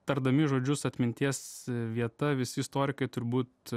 tardami žodžius atminties vieta visi istorikai turbūt